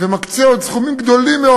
ומקצה עוד סכומים גדולים מאוד.